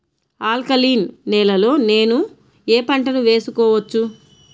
Alkaline నేలలో నేనూ ఏ పంటను వేసుకోవచ్చు?